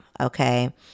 okay